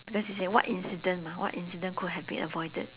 because it say what incident mah what incident could have been avoided